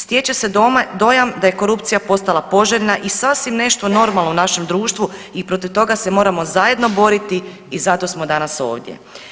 Stječe se dojam da je korupcija postala poželjna i sasvim nešto normalno u našem društvu i protiv toga se moramo zajedno boriti i zato smo danas ovdje.